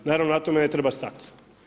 Naravno na tome ne treba stati.